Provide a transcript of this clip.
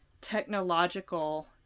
technological